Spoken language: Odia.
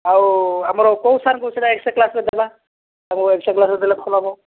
ଆଉ ଆମର କେଉଁ ସାର୍ ଙ୍କୁ ସେ ଏକ୍ସଟ୍ରା କ୍ଲାସରେ ଦେବା ଏକ୍ସଟ୍ରା କ୍ଲାସ ଦେଲେ ଭଲ ହେବ